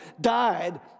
died